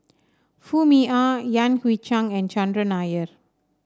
Foo Mee Har Yan Hui Chang and Chandran Nair